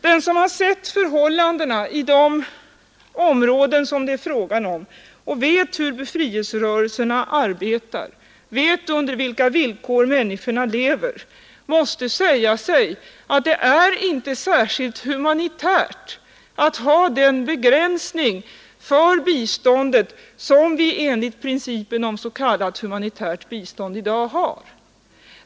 Den som har sett förhållandena i de områden som det är frågan om och som vet hur befrielserörelserna arbetar och under vilka villkor människorna lever, måste säga sig att det inte är särskilt humanitärt med den begränsning för biståndet som vi enligt principen om s.k. humanitärt bistånd i dag har.